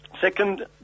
Second